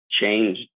change